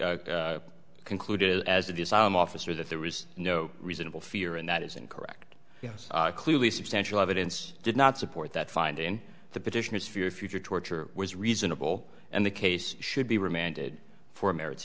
the concluded as to design officer that there was no reasonable fear and that is incorrect yes clearly substantial evidence did not support that finding the petitioners for your future torture was reasonable and the case should be remanded for a merits